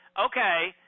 okay